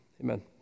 Amen